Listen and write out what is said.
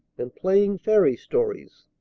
and playing fairy stories.